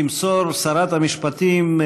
תמסור שרת המשפטים,